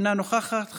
אינה נוכחת,